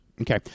Okay